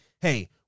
hey